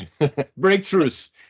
breakthroughs